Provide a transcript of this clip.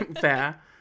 Fair